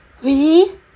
really